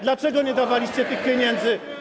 Dlaczego nie dawaliście tych pieniędzy?